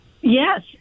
Yes